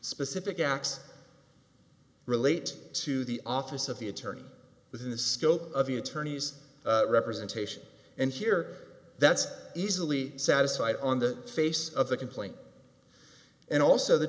specific acts relate to the office of the attorney within the scope of the attorney's representation and here that's easily satisfied on the face of the complaint and also the